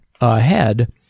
ahead